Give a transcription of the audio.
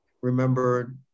remember